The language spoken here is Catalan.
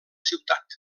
ciutat